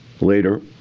Later